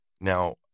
Now